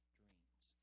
dreams